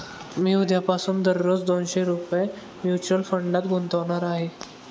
मी उद्यापासून दररोज दोनशे रुपये म्युच्युअल फंडात गुंतवणार आहे